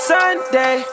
Sunday